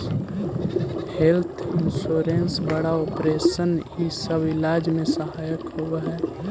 health insurance बड़ा operation इ सब इलाज में सहायक होवऽ हई